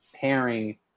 pairing